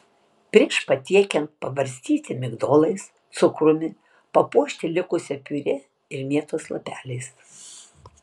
prieš patiekiant pabarstyti migdolais cukrumi papuošti likusia piurė ir mėtos lapeliais